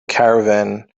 caravan